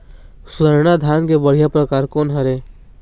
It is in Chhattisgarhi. स्वर्णा धान के बढ़िया परकार कोन हर ये?